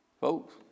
Folks